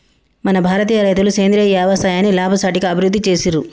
మన భారతీయ రైతులు సేంద్రీయ యవసాయాన్ని లాభసాటిగా అభివృద్ధి చేసిర్రు